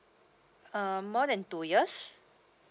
uh more than two years